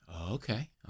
Okay